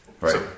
Right